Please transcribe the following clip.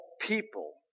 people